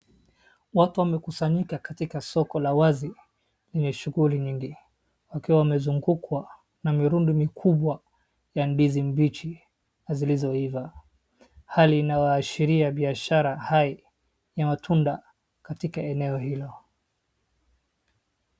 Watu wamekusanyika katika soko la wazi kwenye shughuli nyingi wakiwa wamezungukwa na mirundi mikubwa ya ndizi mbichi na zilizoiva. Hali inawaashiria biashara hai ya matunda katika eneo hilo